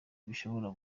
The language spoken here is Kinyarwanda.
bishobora